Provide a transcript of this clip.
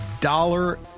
dollar